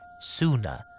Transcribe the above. sooner